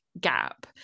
Gap